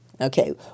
Okay